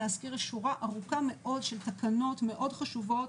להזכיר שורה ארוכה מאוד של תקנות חשובות,